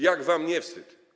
Jak wam nie wstyd?